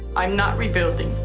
i'm not rebuilding.